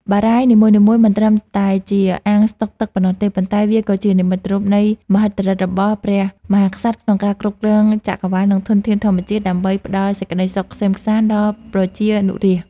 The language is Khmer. បារាយណ៍នីមួយៗមិនត្រឹមតែជាអាងស្តុកទឹកប៉ុណ្ណោះទេ ប៉ុន្តែវាក៏ជានិមិត្តរូបនៃមហិទ្ធិឫទ្ធិរបស់ព្រះមហាក្សត្រក្នុងការគ្រប់គ្រងចក្រវាល និងធនធានធម្មជាតិដើម្បីផ្ដល់សេចក្តីសុខក្សេមក្សាន្តដល់ប្រជានុរាស្ត្រ។